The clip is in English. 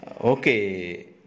Okay